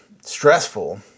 stressful